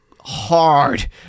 hard